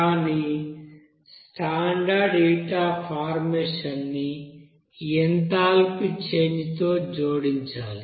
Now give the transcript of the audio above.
కానీ standard heat of formation ని ఈ ఎంథాల్పీ చేంజ్ తో జోడించాలి